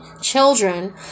children